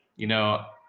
you know,